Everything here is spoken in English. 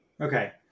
Okay